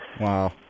Wow